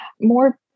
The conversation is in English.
more